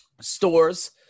stores